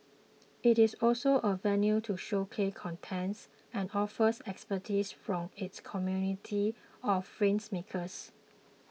it is also a venue to showcase contents and offers expertise from its community of filmmakers